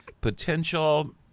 potential